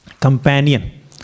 companion